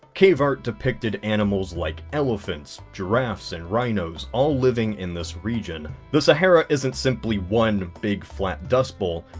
cave art depicted animals like elephants giraffes and rhinos all living in this region. the sahara isn't simply one big flat dust bowl,